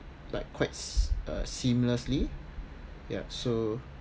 like quite se~ seamlessly ya so